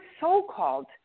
so-called